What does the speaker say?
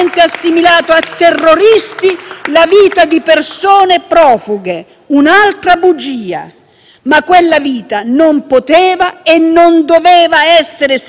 ma quella vita non poteva e non doveva essere sequestrata e messa a rischio. Lei ha detto più volte che era finita la pacchia,